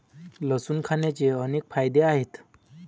लसूण खाण्याचे अनेक फायदे आहेत